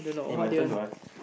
eh my turn to ask